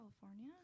California